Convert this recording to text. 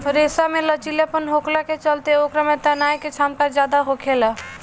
रेशा में लचीलापन होखला के चलते ओकरा में तनाये के क्षमता ज्यादा होखेला